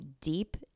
deep